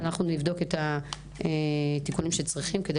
אנחנו נבדוק את התיקונים שצריכים כדי